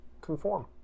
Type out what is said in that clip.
conform